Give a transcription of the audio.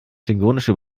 klingonische